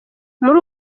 muri